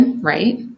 Right